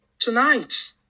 Tonight